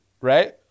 right